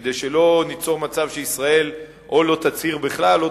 כדי שלא ניצור מצב שישראל לא תצהיר בכלל או